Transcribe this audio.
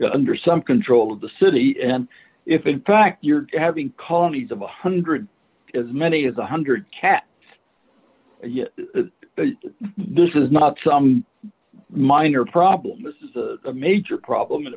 under some control of the city and if in fact you're having colonies of a one hundred as many as one hundred cats this is not some minor problem this is a major problem